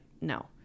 no